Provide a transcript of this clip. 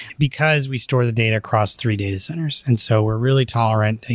because we store the data across three data centers. and so we're really tolerant. and